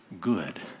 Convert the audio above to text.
good